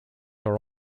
are